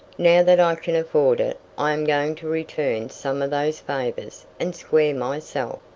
now that i can afford it, i am going to return some of those favors and square myself.